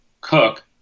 Cook